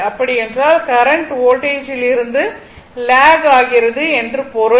அப்படி என்றால் கரண்ட் வோல்டேஜ்லிருந்து லாக் ஆகிறது என்று பொருள்